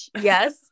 Yes